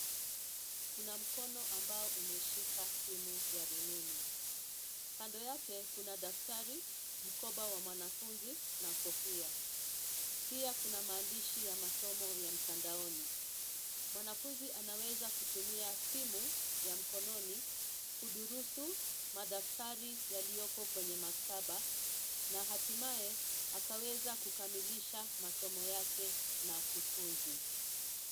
Kuna mkono ambao umeshika simu ya rununu kando yake kuna daftari, mkoba wa mwanafunzi na kofia. Pia kuna maandishi ya masomo ya mtandaoni. Mwanafunzi anaweza kutumia simu ya mkononi, kudurusu, madaftari yaliyoko kwenye maktaba na hatimaye akaweza kukamilisha masomo yake na kufuzu.